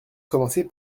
commencer